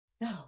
No